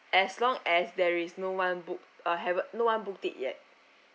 as long as there is no one booked uh haven't no one booked it yet